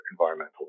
environmental